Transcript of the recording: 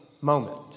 moment